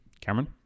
Cameron